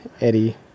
Eddie